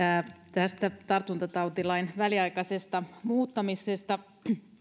tästä tartuntatautilain väliaikaisesta muuttamisesta